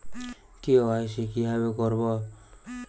KYC কিভাবে করব?